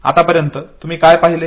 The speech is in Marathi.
आतापर्यंत तुम्ही काय पाहिले